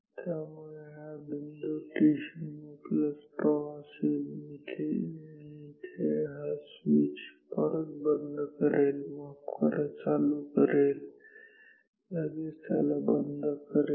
त्यामुळे हा बिंदू t0τ असेल इथे मी हा स्विच परत बंद करेल माफ करा चालू करेल लगेच त्याला बंद करेल